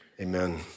Amen